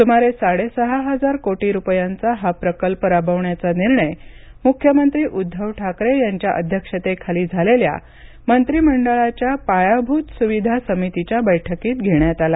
सुमारे साडेसहा हजार कोटी रूपयांचा हा प्रकल्प राबवण्याचा हा निर्णय मुख्यमंत्री उद्धव ठाकरे यांच्या अध्यक्षतेखाली झालेल्या मंत्रिमंडळाच्या पायाभूत सुविधा समितीच्या बैठकीत घेण्यात आला